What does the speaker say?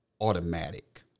automatic